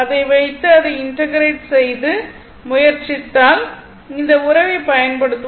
அதை வைத்து அதை இன்டெகிரெட் செய்ய முயற்சித்தால் இந்த உறவைப் பயன் படுத்துவோம்